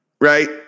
Right